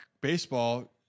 baseball